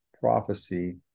prophecy